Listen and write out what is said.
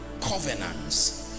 covenants